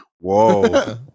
Whoa